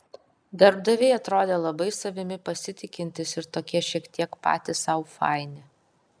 darbdaviai atrodė labai savimi pasitikintys ir tokie šiek tiek patys sau faini